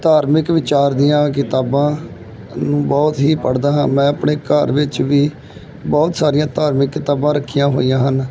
ਧਾਰਮਿਕ ਵਿਚਾਰ ਦੀਆਂ ਕਿਤਾਬਾਂ ਨੂੰ ਬਹੁਤ ਹੀ ਪੜ੍ਹਦਾ ਹਾਂ ਮੈਂ ਆਪਣੇ ਘਰ ਵਿੱਚ ਵੀ ਬਹੁਤ ਸਾਰੀਆਂ ਧਾਰਮਿਕ ਕਿਤਾਬਾਂ ਰੱਖੀਆਂ ਹੋਈਆਂ ਹਨ